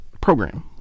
program